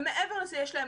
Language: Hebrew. ומעבר לזה,